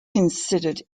considered